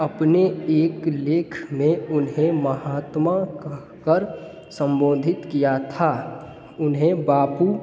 अपने एक लेख में उन्हें महात्मा कह कर संबोधित किया था उन्हें बापू